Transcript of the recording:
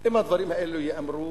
אם הדברים האלה ייאמרו